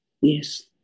Yes